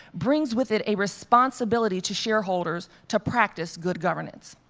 brings with it a responsibility to shareholders to practice good governance.